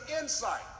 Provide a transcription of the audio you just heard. insight